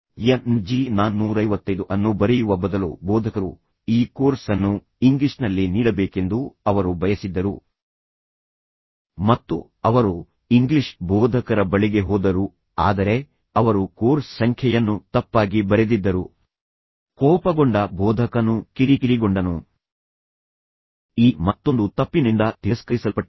ENG 455 ಅನ್ನು ಬರೆಯುವ ಬದಲು ಬೋಧಕರು ಈ ಕೋರ್ಸ್ ಅನ್ನು ಇಂಗ್ಲಿಷ್ನಲ್ಲಿ ನೀಡಬೇಕೆಂದು ಅವರು ಬಯಸಿದ್ದರು ಮತ್ತು ಅವರು ಇಂಗ್ಲಿಷ್ ಬೋಧಕರ ಬಳಿಗೆ ಹೋದರು ಆದರೆ ಅವರು ಕೋರ್ಸ್ ಸಂಖ್ಯೆಯನ್ನು ತಪ್ಪಾಗಿ ಬರೆದಿದ್ದರು ಕೋಪಗೊಂಡ ಬೋಧಕನು ಕಿರಿಕಿರಿಗೊಂಡನು ಈ ಮತ್ತೊಂದು ತಪ್ಪಿನಿಂದ ತಿರಸ್ಕರಿಸಲ್ಪಟ್ಟಿತು